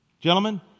Gentlemen